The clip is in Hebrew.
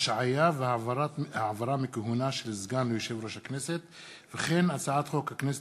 (השעיה והעברה מכהונה של סגן ליושב-ראש הכנסת); וכן הצעת חוק הכנסת